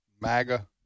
MAGA